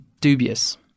dubious